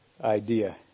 idea